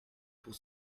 pour